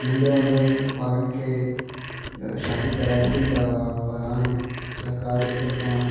नंढे हूंदे ॿारनि खे शादी कराए छॾींदा हुआ पर हाणे सरकार जे तर्फ़ा